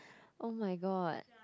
oh-my-god